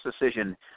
decision